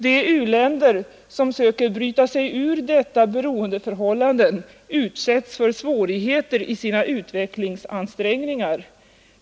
De u-länder som söker bryta sig ur detta beroendeförhållande utsätts för svårigheter i sina utvecklingsansträngningar.